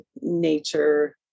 nature